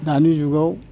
दानि जुगाव